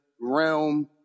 realm